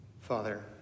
Father